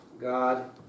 God